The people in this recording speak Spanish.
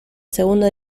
segunda